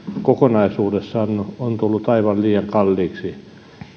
kokonaisuudessaan on tullut aivan liian kalliiksi